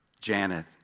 Janet